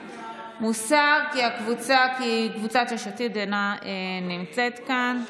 מוסר, כי קבוצת יש עתיד אינה נמצאת כאן.